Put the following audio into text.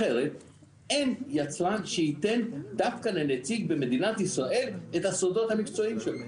אחרת אין יצרן שייתן דווקא לנציג במדינת ישראל את הסודות המקצועיים שלו.